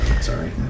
Sorry